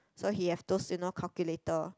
so he have those you know calculator